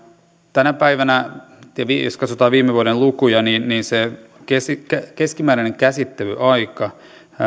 tänä päivänä ja jos katsotaan viime vuoden lukuja se keskimääräinen käsittelyaika